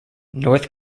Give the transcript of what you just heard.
north